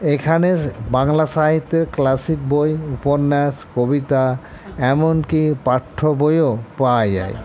এখানে বাংলা সাহিত্যে ক্লাসিক বই উপন্যাস কবিতা এমনকি পাঠ্য বইও পাওয়া যায়